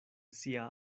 sia